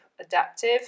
adaptive